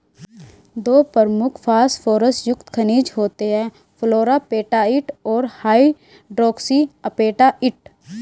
दो प्रमुख फॉस्फोरस युक्त खनिज होते हैं, फ्लोरापेटाइट और हाइड्रोक्सी एपेटाइट